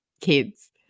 kids